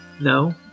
No